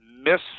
miss